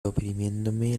oprimiéndome